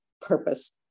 purpose